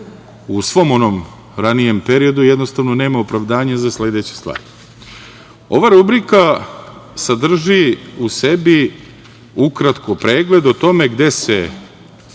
u svom onom ranijem periodu jednostavno nema opravdanje za sledeće stvari. Ova rubrika sadrži u sebi ukratko pregled o tome gde se